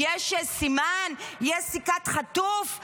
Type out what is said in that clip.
יש סימן?, יש סיכת חטוף?